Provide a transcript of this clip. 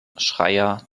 schreyer